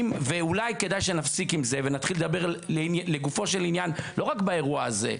ואולי כדאי שנפסיק עם זה ונתחיל לדבר לגופו של עניין לא רק באירוע הזה,